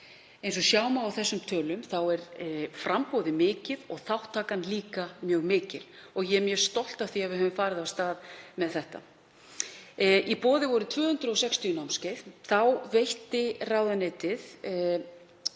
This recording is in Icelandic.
Eins og sjá má af þessum tölum er framboðið mikið og þátttakan líka mjög mikil og ég er mjög stolt af því að við höfum farið af stað með þetta. Í boði voru 260 námskeið. Þá veitti ráðuneytið